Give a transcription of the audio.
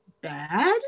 bad